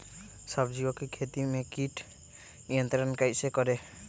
सब्जियों की खेती में कीट नियंत्रण कैसे करें?